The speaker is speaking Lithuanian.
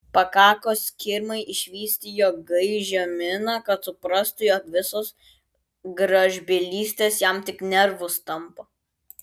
pakako skirmai išvysti jo gaižią miną kad suprastų jog visos gražbylystės jam tik nervus tampo